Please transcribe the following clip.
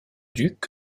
duc